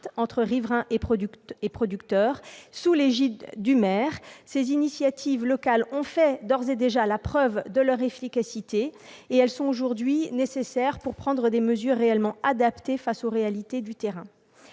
entre riverains et producteurs sous l'égide du maire. Ces initiatives locales ont fait d'ores et déjà la preuve de leur efficacité et elles sont aujourd'hui nécessaires pour prendre des mesures réellement adaptées aux réalités du terrain.